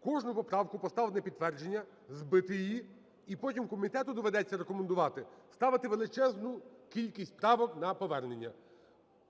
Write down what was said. кожну поправку поставити на підтвердження, збити її і потім комітету доведеться рекомендувати ставити величезну кількість правок на повернення.